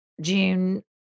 june